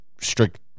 strict